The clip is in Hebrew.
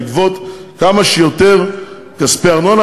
לגבות כמה שיותר כספי ארנונה.